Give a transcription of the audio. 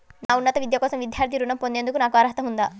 నా ఉన్నత విద్య కోసం విద్యార్థి రుణం పొందేందుకు నాకు అర్హత ఉందా?